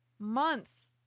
Months